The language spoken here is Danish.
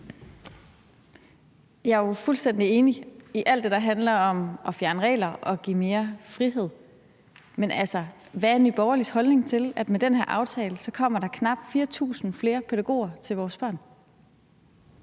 Jeg er fuldstændig enig i alt det, der handler om at fjerne regler og give mere frihed, men hvad er Nye Borgerliges holdning til, at der med den her aftale kommer knap 4.000 flere pædagoger til vores børn?